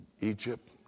Egypt